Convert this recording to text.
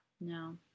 No